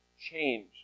change